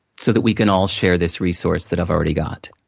so that we can all share this resource that i've already got.